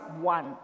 one